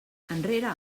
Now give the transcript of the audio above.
enrere